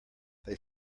they